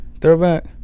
throwback